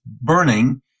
burning